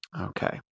Okay